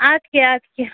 اَدٕ کیٛاہ اِدٕ کیٛاہ